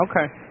Okay